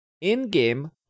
In-game